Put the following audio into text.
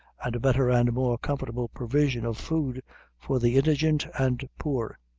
and a better and more comfortable provision of food for the indigent and poor.